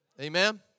amen